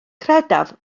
credaf